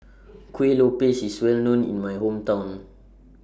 Kuih Lopes IS Well known in My Hometown